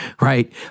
Right